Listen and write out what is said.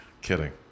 kidding